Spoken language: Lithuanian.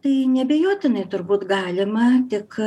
tai neabejotinai turbūt galima tik